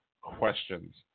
questions